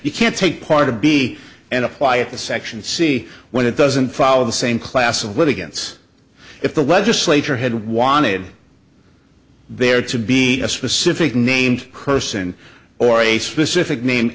you can't take part of b and apply it to section c when it doesn't follow the same class of litigants if the legislature had wanted there to be a specific named person or a specific name